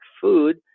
food